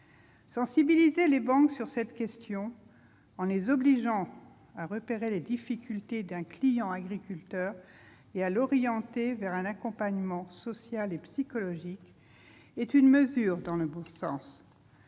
Sensibiliser les banques sur cette question en les obligeant à repérer les difficultés d'un client agriculteur et à l'orienter vers un accompagnement social et psychologique est une mesure de bon sens.